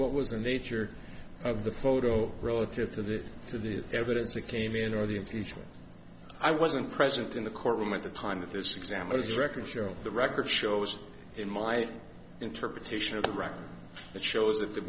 what was the nature of the photo relative to the to the evidence that came in or the impeachment i wasn't present in the courtroom at the time that this examiner is records show the record shows in my interpretation of the record that shows that the